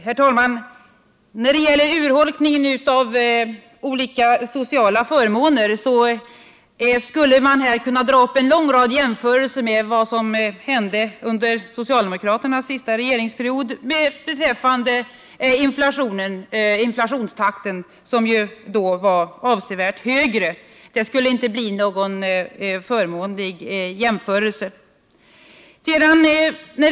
Herr talman! När det gäller urholkningen av olika sociala förmåner så skulle man här kunna dra upp en lång rad jämförelser med vad som under socialdemokraternas sista regeringsperiod hände beträffande inflationstakten, som ju då var avsevärt högre. Sådana jämförelser skulle inte bli förmånliga för socialdemokraterna.